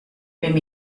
wem